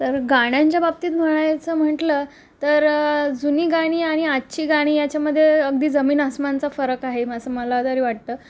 तर गाण्यांच्या बाबतीत म्हणायचं म्हंटलं तर जुनी गाणी आणि आजची गाणी याच्यामध्ये अगदी जमीन आसमानचा फरक आहे असं मला तरी वाटतं